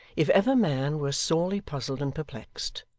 if ever man were sorely puzzled and perplexed,